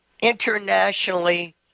internationally